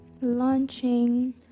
launching